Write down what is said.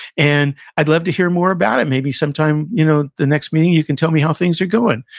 and i'd love to hear more about it. maybe sometime, you know the next meeting, you can tell me how things are going.